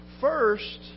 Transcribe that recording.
First